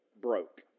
broke